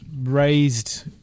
raised